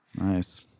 Nice